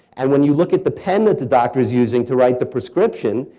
and when you look at the pen that the doctors using to write the prescription,